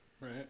Right